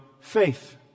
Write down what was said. faith